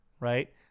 Right